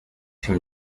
him